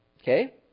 Okay